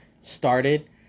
started